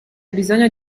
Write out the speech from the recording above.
bisogno